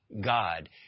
God